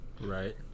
right